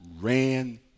ran